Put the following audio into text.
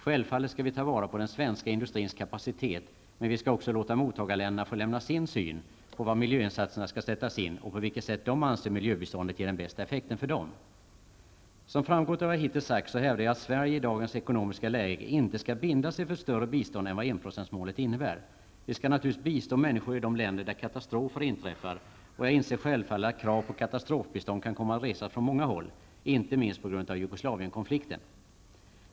Självfallet skall vi ta vara på den svenska industrins kapacitet. Men vi skall också låta mottagarländerna få ge sin syn på var miljöinsatserna skall sättas in och ange på vilket sätt de anser att miljöbiståndet ger den bästa effekten för dem. Som framgår av vad jag hittills har sagt hävdar jag att Sverige i dagens ekonomiska läge inte skall binda sig för ett större bistånd än vad enprocentsmålet innebär. Vi skall naturligtvis bistå människor i länder där katastrofer inträffar. Jag inser självfallet att krav på katastrofbistånd kan komma att resas från många håll, inte minst på grund av Jugoslavienkonflikten.